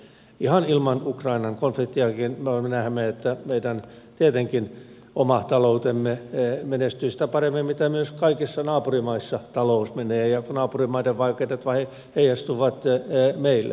ihan ilman ukrainan konfliktiakin olemme nähneet että tietenkin meidän oma taloutemme menestyy sitä paremmin mitä paremmin myös kaikissa naapurimaissa talous menee ja naapurimaiden vaikeudet heijastuvat meille